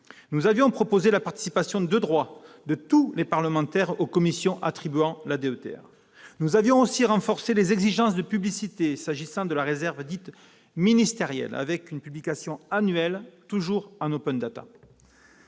Nous avions proposé la participation de droit de tous les parlementaires aux commissions attribuant la DETR. Nous avions aussi renforcé les exigences de publicité s'agissant de la réserve dite ministérielle, avec une publication annuelle en. La